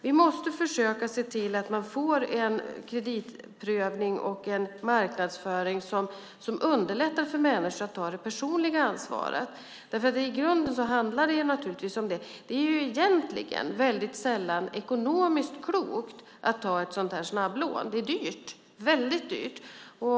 Vi måste försöka se till att man får en kreditprövning och en marknadsföring som underlättar för människor att ta det personliga ansvaret. I grunden handlar det naturligtvis om det. Det är egentligen väldigt sällan ekonomiskt klokt att ta ett sådant här snabblån. Det är väldigt dyrt.